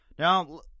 Now